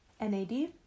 NAD